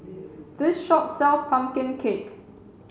this shop sells pumpkin cake